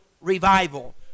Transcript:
revival